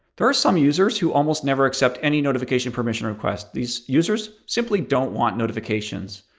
there are some users who almost never accept any notification permission request. these users simply don't want notifications.